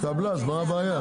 התקבלה, אז מה הבעיה?